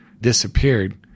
disappeared